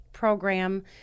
program